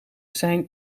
zijn